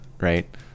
right